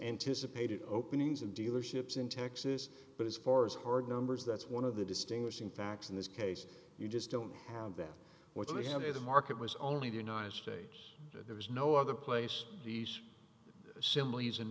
anticipated openings in dealerships in texas but as far as hard numbers that's one of the distinguishing facts in this case you just don't have that what they have in the market was only the united states there was no other place these similes in